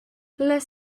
les